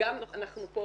וגם אנחנו פה